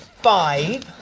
five,